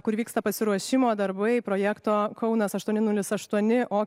kur vyksta pasiruošimo darbai projekto kaunas aštuoni nulis aštuoni o